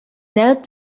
knelt